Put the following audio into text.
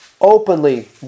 Openly